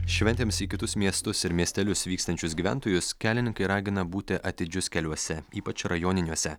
šventėms į kitus miestus ir miestelius vykstančius gyventojus kelininkai ragina būti atidžius keliuose ypač rajoniniuose